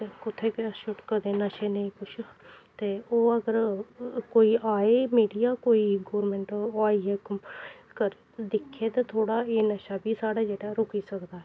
ते कु'त्थै केह् छुड़कदे नशे नेईं कुछ ते ओह् अगर कोई आए मीडिया कोई गौरमैंट ओह् आइयै क कर दिक्खै ते थोह्ड़ा एह् नशा बी साढ़ा जेह्ड़ा रुकी सकदा ऐ